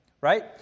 right